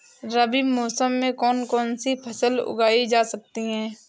रबी मौसम में कौन कौनसी फसल उगाई जा सकती है?